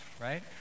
right